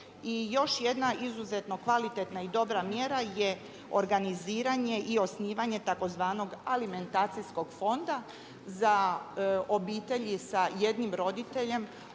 I još jedna izuzetno kvalitetna i dobra mjera je organiziranje i osnivanje tzv. alimentacijskog fonda za obitelji sa jednim roditeljem.